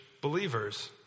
believers